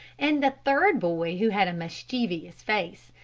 and a third boy, who had a mischievous face,